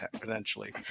potentially